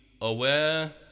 aware